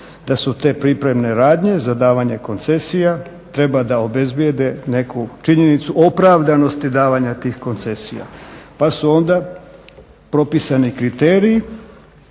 da su te pripremne radnje za davanje koncesija treba da osiguraju neku činjenicu opravdanosti davanja tih koncesija. Pa su onda propisani kriteriji